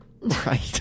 Right